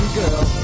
girl